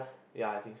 ya I think so